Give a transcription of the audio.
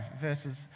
verses